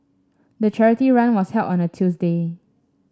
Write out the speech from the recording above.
the charity run was held on a Tuesday